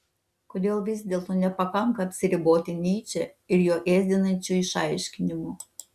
kodėl vis dėlto nepakanka apsiriboti nyče ir jo ėsdinančiu išaiškinimu